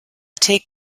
take